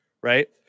right